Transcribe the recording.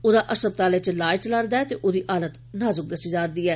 ओदा अस्पतालै च इलाज चला रदा ऐ ते ओदी हालत नाज्क दस्सी जा रदी ऐ